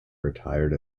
retired